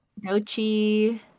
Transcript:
Dochi